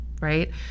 right